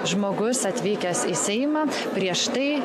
žmogus atvykęs į seimą prieš tai